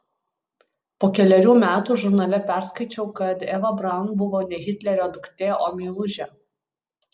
po kelerių metų žurnale perskaičiau kad eva braun buvo ne hitlerio duktė o meilužė